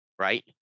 Right